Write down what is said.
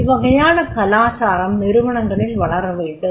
இவ்வகையான கலாச்சாரம் நிறுவனகளில் வளரவேண்டும்